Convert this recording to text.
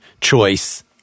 choice